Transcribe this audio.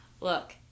Look